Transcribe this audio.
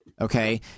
okay